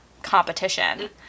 competition